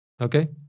okay